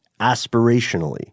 aspirationally